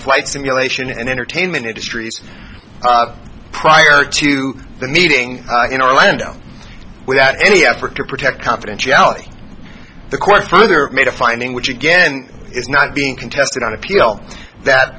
flight simulation and entertainment industries prior to the meeting in orlando without any effort to protect confidentiality the court further made a finding which again is not being contested on appeal that